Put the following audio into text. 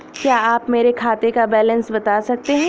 क्या आप मेरे खाते का बैलेंस बता सकते हैं?